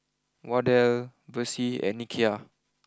Wardell Versie and Nikia